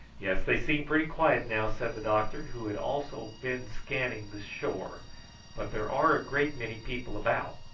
yes, they seem pretty quiet now, said the doctor, who had also been scanning the shore but there are a great many people about.